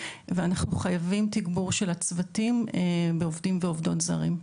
ואנחנו חייבים תגבור של הצוותים ועובדים ועובדות זרים.